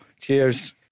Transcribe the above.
Cheers